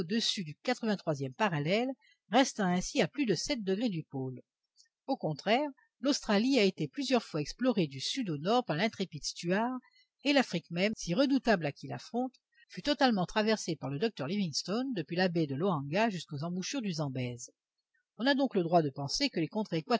du quatre vingt-troisième parallèle restant ainsi à plus de sept degrés du pôle au contraire l'australie a été plusieurs fois explorée du sud au nord par l'intrépide stuart et l'afrique même si redoutable à qui l'affronte fut totalement traversée par le docteur livingstone depuis la baie de loanga jusqu'aux embouchures du zambèze on a donc le droit de penser que les contrées